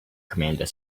commander